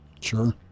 Sure